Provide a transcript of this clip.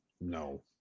No